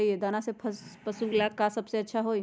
दाना में पशु के ले का सबसे अच्छा होई?